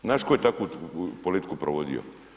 Znaš tko je takvu politiku provodio?